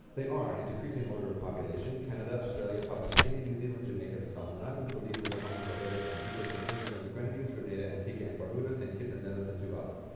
they are, in decreasing order of population canada, australia, papua new guinea, new zealand, jamaica, the solomon islands, belize, the bahamas, barbados, saint lucia, saint vincent and the grenadines, grenada, antigua and barbuda, saint kitts and nevis, and tuvalu.